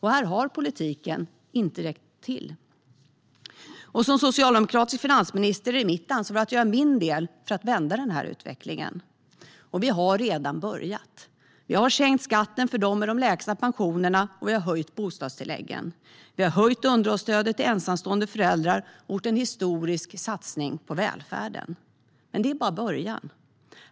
Här har politiken inte räckt till. Som socialdemokratisk finansminister är det mitt ansvar att göra min del för att vända den här utvecklingen, och vi har redan börjat. Vi har sänkt skatten för dem med de lägsta pensionerna, och vi har höjt bostadstilläggen. Vi har höjt underhållsstödet till ensamstående föräldrar och gjort en historisk satsning på välfärden. Detta är dock bara början.